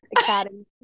Academy